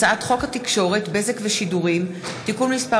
הצעת חוק התקשורת (בזק ושידורים) (תיקון מס'